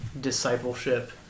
discipleship